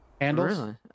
handles